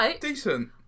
Decent